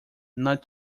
not